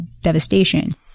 devastation